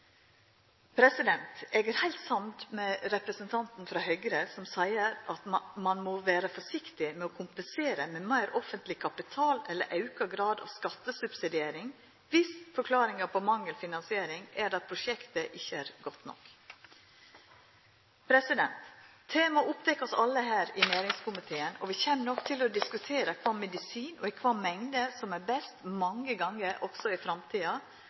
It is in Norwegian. Eg er heilt samd med representanten frå Høgre som seier at ein må vera forsiktig med å kompensera med meir offentleg kapital eller auka grad av skattesubsidiering, viss forklaringa på manglande finansiering er at prosjektet ikkje er godt nok. Temaet opptek oss alle her i næringskomiteen, og vi kjem nok mange gonger også i framtida til å diskutera kva medisin, og i kva mengd, som er best,